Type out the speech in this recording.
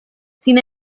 sin